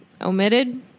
Omitted